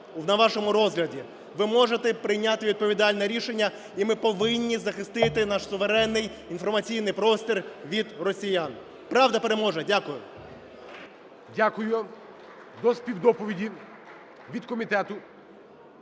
на вашому розгляді. Ви можете прийняти відповідальне рішення, і ми повинні захистити наш суверенний інформаційний простір від росіян. Правда переможе. Дякую. ГОЛОВУЮЧИЙ. Дякую. До співдоповіді від Комітету